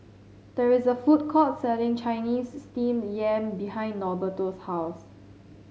there is a food courts selling Chinese Steamed Yam behind Norberto's house